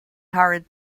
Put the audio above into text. hurried